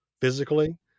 physically